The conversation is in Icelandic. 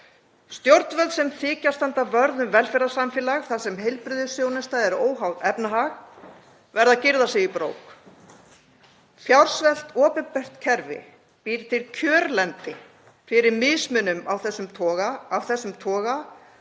Stjórnvöld sem þykjast standa vörð um velferðarsamfélag þar sem heilbrigðisþjónusta er óháð efnahag verða að gyrða sig í brók. Fjársvelt opinbert kerfi býr til kjörlendi fyrir mismunun af þessum toga